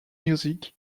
music